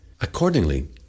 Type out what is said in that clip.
Accordingly